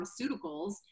pharmaceuticals